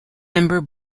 member